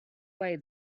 way